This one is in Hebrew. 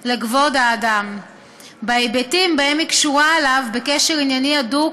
לכבוד האדם בהיבטים שבהם היא קשורה אליו בקשר ענייני הדוק